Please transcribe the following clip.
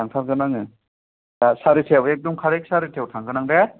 थांथारगोन आङो दा सारिथायाय एकदम कारेक्ट सारिथायाव थांगोन आं दे